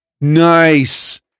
Nice